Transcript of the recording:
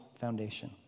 foundation